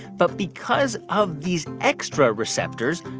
but because of these extra receptors,